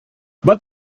but